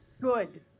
Good